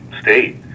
state